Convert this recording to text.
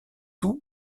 tout